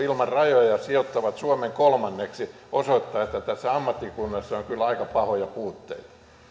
ilman rajoja sijoittaa suomen kolmanneksi osoittaa että tässä ammattikunnassa on kyllä aika pahoja puutteita